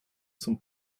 zum